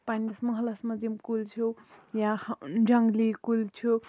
پَںٕنِس محلَس منٛز یِم کُلۍ چھِو یا جَنگلی کُلۍ چھِو